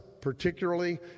particularly